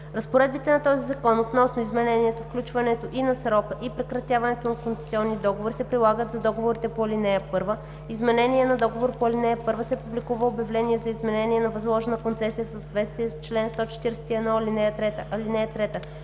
Разпоредбите на този закон относно изменението, включително и на срока, и прекратяването на концесионни договори се прилагат за договорите по ал. 1. При изменение на договор по ал. 1 се публикува обявление за изменение на възложена концесия в съответствие с чл. 141, ал. 3.